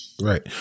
Right